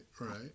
right